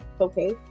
okay